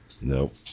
Nope